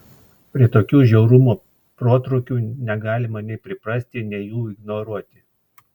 prie tokių žiaurumo protrūkių negalima nei priprasti nei jų ignoruoti